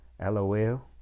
lol